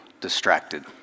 distracted